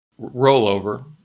rollover